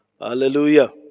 Hallelujah